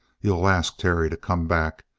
you'll ask terry to come back?